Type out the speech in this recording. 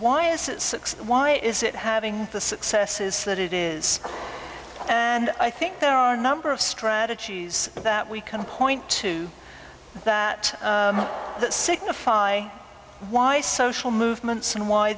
why is it six why is it having the successes that it is and i think there are a number of strategies that we can point to that that signify why social movements and why